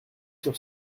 sur